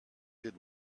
good